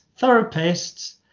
therapists